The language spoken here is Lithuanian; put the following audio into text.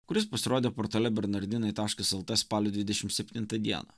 kuris pasirodė portale bernardinai taškas lt spalio dvidešim septintą dieną